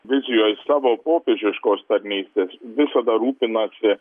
vizijoj savo popiežiškos tarnystės visada rūpinasi